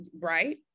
right